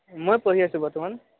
মই পঢ়ি আছোঁ বৰ্তমান